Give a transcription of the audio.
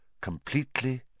completely